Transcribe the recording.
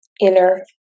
inner